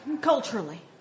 Culturally